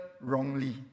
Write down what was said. wrongly